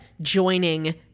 joining